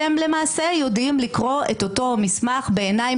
ואתם למעשה יודעים לקרוא את אותו מסמך בעיניים